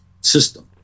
system